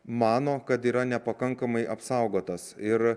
mano kad yra nepakankamai apsaugotas ir